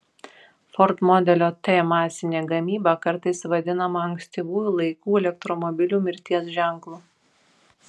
ford modelio t masinė gamyba kartais vadinama ankstyvųjų laikų elektromobilių mirties ženklu